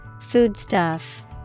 Foodstuff